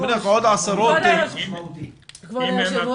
עוד עשרות --- כבוד היו"ר,